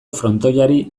frontoiari